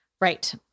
Right